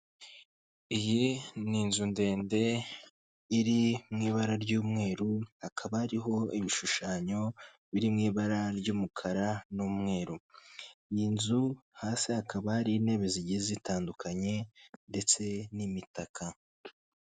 Iyi ni inzu ndende iri mu ibara ry'umweru, hakaba hariho ibishushanyo biri mu ibara ry'umukara n'umweru, iyi nzu hasi hakaba ari intebe zigiye zitandukanye ndetse n'imitaka.